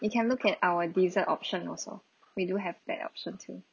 you can look at our dessert option also we do have that option too